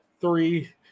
three